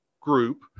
group